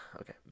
Okay